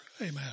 Amen